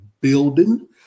building